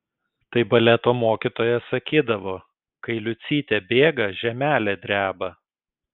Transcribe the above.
tai baleto mokytoja sakydavo kai liucytė bėga žemelė dreba